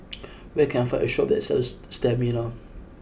where can I find a shop that sells Sterimar